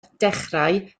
dechrau